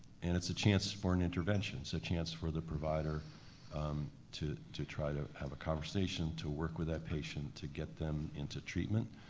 and it's a chance for an intervention so chance for the provider to to try to have a conversation to work with that patient, to get them into treatment.